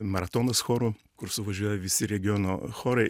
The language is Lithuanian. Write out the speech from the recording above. maratonas chorų kur suvažiuoja visi regiono chorai